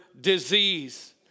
disease